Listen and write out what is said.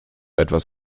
etwas